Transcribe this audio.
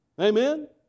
Amen